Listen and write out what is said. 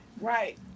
Right